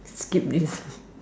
skip this